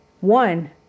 One